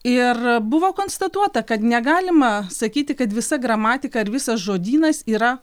ir buvo konstatuota kad negalima sakyti kad visą gramatiką ir visas žodynas yra